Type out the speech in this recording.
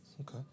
Okay